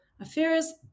affairs